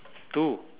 two